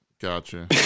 Gotcha